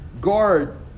Guard